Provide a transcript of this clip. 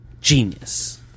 genius